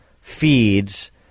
feeds